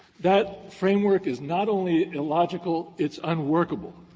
that framework is not only illogical, it's unworkable.